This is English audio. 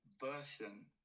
version